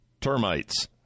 termites